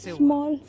small